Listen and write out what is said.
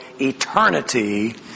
eternity